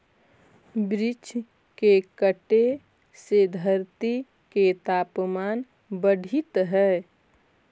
वृक्ष के कटे से धरती के तपमान बढ़ित हइ